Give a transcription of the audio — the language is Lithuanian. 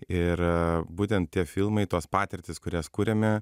ir būtent tie filmai tos patirtys kurias kuriame